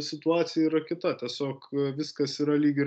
situacija yra kita tiesiog viskas yra lyg ir